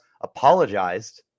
apologized